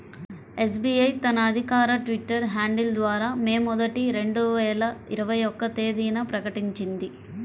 SBI తన అధికారిక Twitter handle ద్వారా మే మొదటి, రెండు వేల ఇరవై ఒక్క తేదీన ప్రకటించింది